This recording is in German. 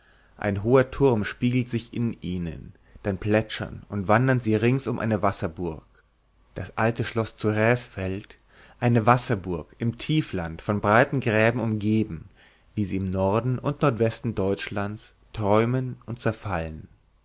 ein hoher turm spiegelt sich in ihnen dann plätschern und wandern sie rings um eine wasserburg das alte schloß zu raesfeld eine wasserburg im tiefland von breiten gräben umgeben wie sie im norden und nordwesten deutschlands träumen und zerfallen